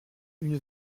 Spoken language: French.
une